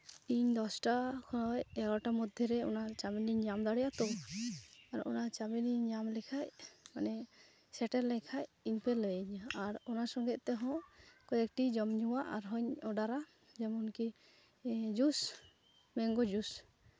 ᱤᱧ ᱫᱚᱥᱴᱟ ᱠᱷᱚᱡ ᱮᱜᱟᱨᱳᱴᱟ ᱢᱚᱫᱽᱫᱷᱮ ᱨᱮ ᱚᱱᱟ ᱪᱟᱣᱢᱤᱱ ᱤᱧ ᱧᱟᱢ ᱫᱟᱲᱮᱭᱟᱜᱼᱟ ᱛᱳ ᱟᱨ ᱚᱱᱟ ᱪᱟᱣᱢᱤᱱᱤᱧ ᱧᱟᱢ ᱞᱮᱠᱷᱟᱡ ᱢᱟᱱᱮ ᱥᱮᱴᱮᱨ ᱞᱮᱱᱠᱷᱟᱡ ᱤᱧᱯᱮ ᱞᱟᱹᱭᱟᱧᱟᱹ ᱟᱨ ᱚᱱᱟ ᱥᱚᱸᱜᱮ ᱛᱮᱦᱚᱸ ᱠᱚᱭᱮᱠᱴᱤ ᱡᱚᱢ ᱧᱩᱣᱟᱜ ᱦᱚᱸᱧ ᱚᱰᱟᱨᱟ ᱡᱮᱢᱚᱱ ᱠᱤ ᱡᱩᱥ ᱢᱮᱝᱜᱳ ᱡᱩᱥ